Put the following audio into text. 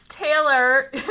Taylor